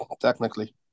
technically